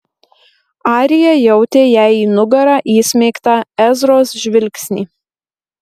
arija jautė jai į nugarą įsmeigtą ezros žvilgsnį